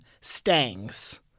Stangs